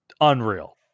unreal